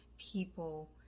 people